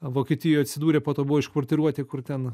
vokietijoj atsidūrė po to buvo iškvartiruoti kur ten